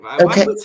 Okay